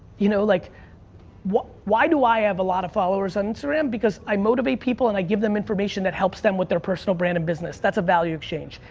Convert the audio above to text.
you know, like why do i have a lot of followers on instagram? because i motivate people and i give them information that helps them with their personal brand and business. that's a value exchange.